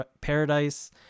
Paradise